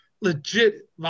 legit